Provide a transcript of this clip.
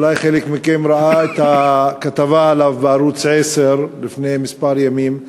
אולי חלק מכם ראה את הכתבה עליו בערוץ 10 לפני כמה ימים,